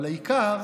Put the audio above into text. אבל האיכר